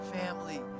family